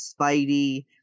Spidey